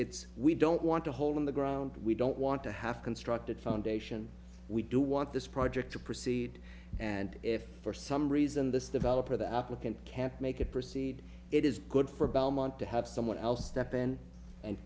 it's we don't want to hold in the ground we don't want to have constructed foundation we do want this project to proceed and if for some reason this developer the applicant can't make it proceed it is good for belmont to have someone else step in and